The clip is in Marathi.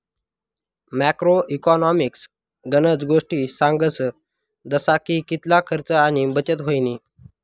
मॅक्रो इकॉनॉमिक्स गनज गोष्टी सांगस जसा की कितला खर्च आणि बचत व्हयनी